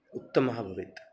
उत्तमः भवेत्